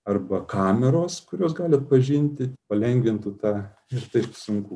arba kameros kurios gali atpažinti palengvintų tą ir taip sunkų